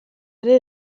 ere